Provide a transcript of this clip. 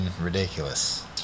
ridiculous